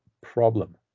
problem